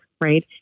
right